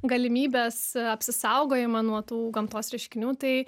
galimybes apsisaugojimą nuo tų gamtos reiškinių tai